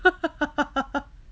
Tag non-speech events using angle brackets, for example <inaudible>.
<laughs>